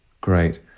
great